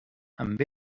amb